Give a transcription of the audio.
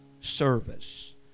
service